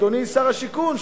אדוני שר השיכון,